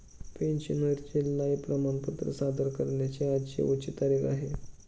पेन्शनरचे लाइफ प्रमाणपत्र सादर करण्याची आज शेवटची तारीख आहे